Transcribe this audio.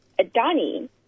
Adani